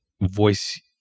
voice